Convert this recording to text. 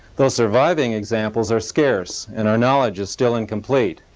though surviving examples are scarce and our knowledge is still incomplete.